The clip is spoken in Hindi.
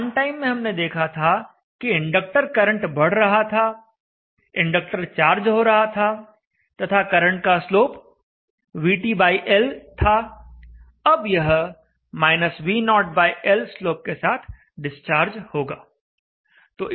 ऑन टाइम में हमने देखा था कि इंडक्टर करंट बढ़ रहा था इंडक्टर चार्ज हो रहा था तथा करंट का स्लोप VTL था अब यह -V0L स्लोप के साथ डिस्चार्ज होगा